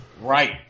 Right